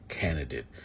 Candidate